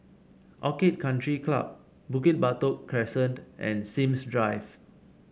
Orchid Country Club Bukit Batok Crescent and Sims Drive